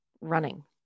running